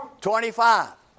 Twenty-five